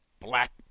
black